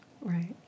Right